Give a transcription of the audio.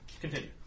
Continue